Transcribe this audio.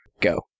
Go